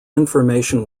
information